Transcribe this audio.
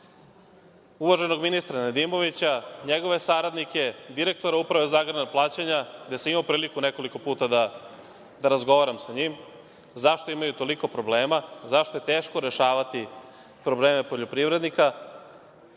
uvaženog ministra Nedimovića, njegove saradnike, direktora Uprave za agrarna plaćanja, gde sam imao priliku nekoliko puta da razgovaram sa njim zašto imaju toliko problema, zašto je teško rešavati probleme poljoprivrednika,